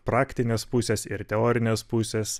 praktinės pusės ir teorinės pusės